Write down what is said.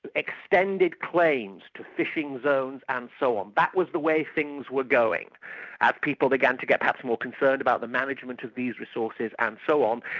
extended claims to fishing zone and so on, that was the way things were going as people began to get perhaps more concerned about the management of these resources and so on,